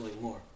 more